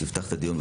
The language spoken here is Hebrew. שתפתח את הדיון,